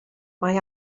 mae